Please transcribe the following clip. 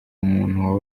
umuhutu